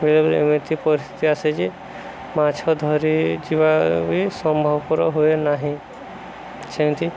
ବେଳେବେଳେ ଏମିତି ପରିସ୍ଥିତି ଆସିଛି ମାଛ ଧରିଯିବା ବି ସମ୍ଭବପୁର ହୁଏ ନାହିଁ ସେମିତି